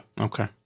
Okay